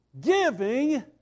giving